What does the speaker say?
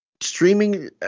streaming